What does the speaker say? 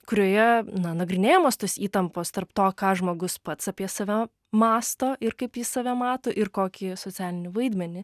kurioje na nagrinėjamos tos įtampos tarp to ką žmogus pats apie save mąsto ir kaip jis save mato ir kokį socialinį vaidmenį